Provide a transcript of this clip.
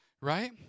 right